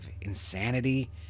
insanity